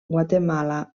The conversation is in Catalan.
guatemala